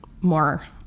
more